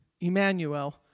Emmanuel